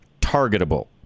targetable